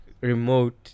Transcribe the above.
Remote